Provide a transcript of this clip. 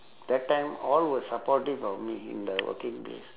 that time all was supportive of me in the working place